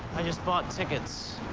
i just bought tickets.